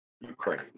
Ukraine